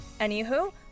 Anywho